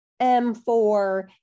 M4